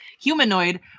humanoid